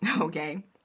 okay